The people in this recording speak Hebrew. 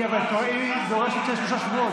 היא דורשת שזה יהיה שלושה שבועות,